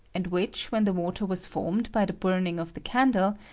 and which, when the water was formed by the burning of the candle,